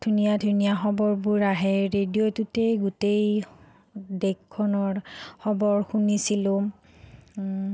ধুনীয়া ধুনীয়া খবৰবোৰ আহে ৰেডিঅ'টোতেই গোটেই দেশখনৰ খবৰ শুনিছিলোঁ